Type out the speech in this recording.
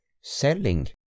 selling